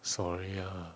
sorry lah